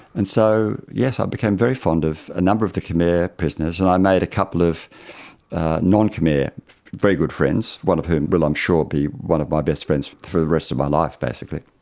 and so, yes, i became very fond of a number of the khmer prisoners, and i made a couple of non-khmer very good friends, one of whom will i'm sure be one of my best friends for the rest of my life basically.